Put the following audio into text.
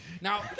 Now